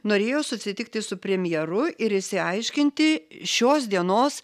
norėjo susitikti su premjeru ir išsiaiškinti šios dienos